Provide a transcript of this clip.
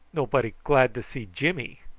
nobody glad to see jimmy.